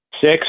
six